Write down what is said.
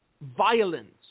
violence